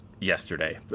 yesterday